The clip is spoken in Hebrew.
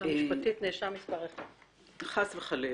חס וחלילה,